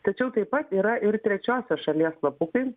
tačiau taip pat yra ir trečiosios šalies slapukai